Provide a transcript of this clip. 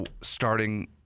starting